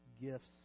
gifts